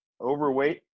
overweight